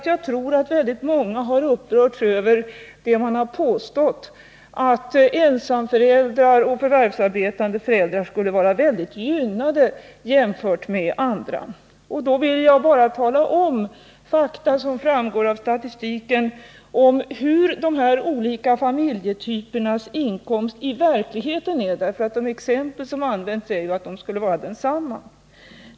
Jag tror att många upprörts över att det påståtts att ensamföräldrar och förvärvsarbetande föräldrar skulle vara mycket gynnade jämfört med andra. Därför vill jag bara tala om fakta, som framgår av statistiken, om hur dessa olika familjetypers inkomst i verkligheten är. De exempel som används utgår ju ifrån att inkomsterna skulle vara desamma.